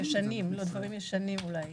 הצבעה בעד מיעוט נגד רוב גדול ההסתייגות לא התקבלה.